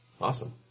awesome